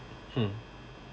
mm